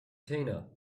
tina